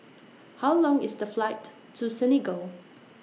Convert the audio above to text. How Long IS The Flight to Senegal